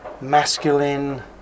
masculine